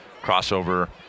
crossover